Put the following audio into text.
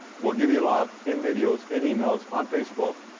we'll give you love in videos in emails on facebook.